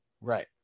Right